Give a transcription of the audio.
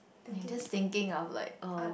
you just thinking of like oh